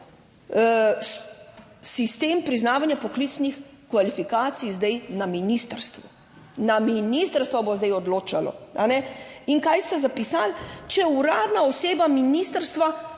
sistem priznavanja poklicnih kvalifikacij zdaj, na ministrstvu. Na ministrstvu bo zdaj odločalo in kaj ste zapisali? Če uradna oseba ministrstva